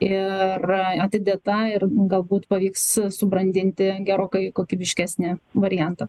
ir atidėta ir galbūt pavyks subrandinti gerokai kokybiškesnį variantą